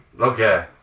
Okay